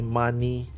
money